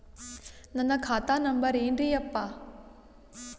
ನನ್ನ ಖಾತಾ ನಂಬರ್ ಏನ್ರೀ ಯಪ್ಪಾ?